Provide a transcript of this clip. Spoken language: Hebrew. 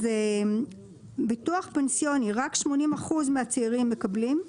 אז ביטוח פנסיוני, רק 80% מהצעירים מקבלים.